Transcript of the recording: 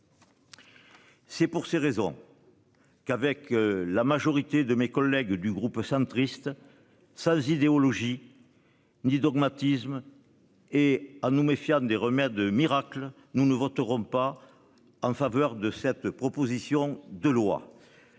C'est pour ces raisons. Qu'avec la majorité de mes collègues du groupe centriste sans idéologie. Ni dogmatisme. Et à nous méfiant des remèdes miracles nous ne voterons pas en faveur de cette proposition de loi.